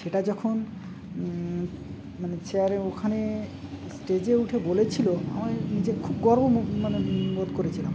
সেটা যখন মানে চেয়ারে ওখানে স্টেজে উঠে বলেছিল আমার নিজের খুব গর্ব মানেন বোধ করেছিলাম